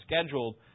scheduled